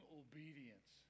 obedience